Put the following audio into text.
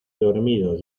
dormido